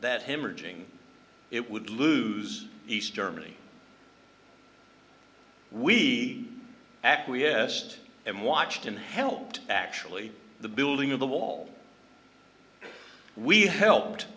that hemorrhaging it would lose east germany we acquiesced and watched in helped actually the building of the wall we helped